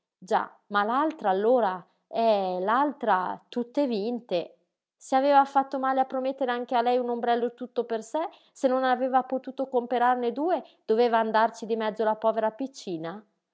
già ma l'altra allora eh l'altra tutte vinte se aveva fatto male a promettere anche a lei un ombrello tutto per sé se non aveva potuto comperarne due doveva andarci di mezzo la povera piccina